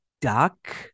Duck